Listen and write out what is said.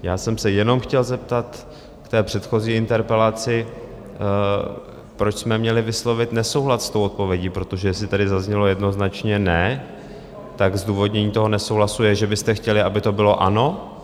Já jsem se jenom chtěl zeptat k té předchozí interpelaci, proč jsme měli vyslovit nesouhlas s odpovědí, protože jestli tady zaznělo jednoznačně ne, tak zdůvodnění toho nesouhlasu je, že byste vy chtěli, aby to bylo ano?